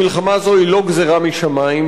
המלחמה הזאת היא לא גזירה משמים,